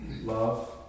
love